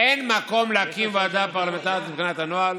אין מקום להקים ועדה פרלמנטרית מבחינת הנוהל,